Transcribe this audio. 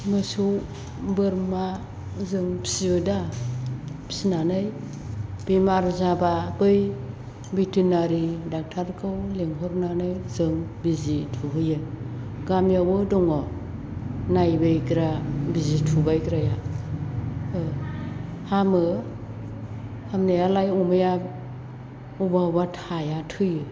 मोसौ बोरमा जों फिसियो दा फिसिनानै बेमार जाब्ला बै भेटेनारि ड'क्टरखौ लेंहरनानै जों बिजि थुहोयो गामियावबो दङ नायबायग्रा बिजि थुबायग्राया हामो हामनायालाय अमाया अबा अबा थाया थैयो